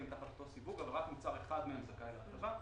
תחת אותו סיווג אבל רק מוצר אחד מהם זכאי להטבה ולכן,